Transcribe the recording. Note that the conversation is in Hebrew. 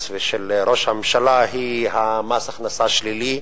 ושל ראש הממשלה היא מס ההכנסה השלילי,